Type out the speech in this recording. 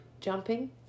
jumping